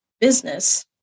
business